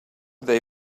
they